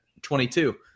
22